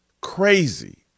crazy